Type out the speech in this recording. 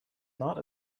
not